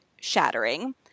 shattering –